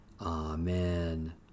Amen